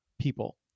people